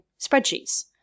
spreadsheets